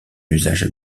usage